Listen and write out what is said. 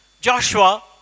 Joshua